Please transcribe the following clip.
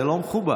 זה לא מקובל.